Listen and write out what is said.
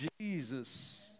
Jesus